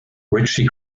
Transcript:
richie